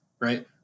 Right